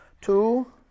two